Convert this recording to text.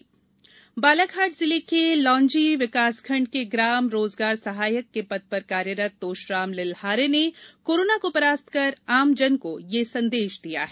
जन आंदोलन बालाघाट जिले के लांजी विकासखंड के ग्राम रोजगार सहायक के पद पर कार्यरत तोशराम लिल्हारे ने कोरोना को परास्त कर आम जन को ये संदेश दिया है